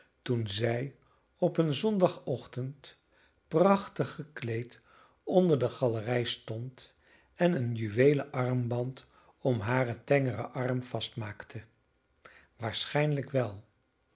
toen zij op een zondagochtend prachtig gekleed onder de galerij stond en een juweelen armband om hare tengere arm vastmaakte waarschijnlijk wel